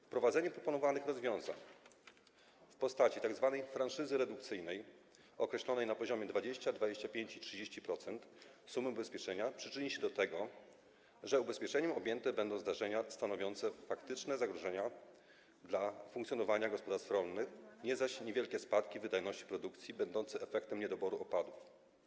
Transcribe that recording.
Wprowadzenie proponowanych rozwiązań w postaci tzw. franszyzy redukcyjnej określonej na poziomie 20%, 25% i 30% sumy ubezpieczenia przyczyni się do tego, że ubezpieczeniem objęte będą zdarzenia stanowiące faktyczne zagrożenie dla funkcjonowania gospodarstw rolnych, nie zaś niewielkie spadki w wydajności produkcji będące efektem niedoboru opadów.